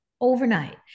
overnight